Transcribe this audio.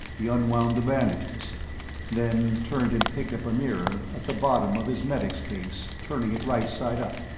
he unwound the bandages then turned and picked up a mirror at the bottom of his medic's case, turning it right side up.